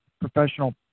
professional